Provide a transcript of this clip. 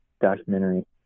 documentary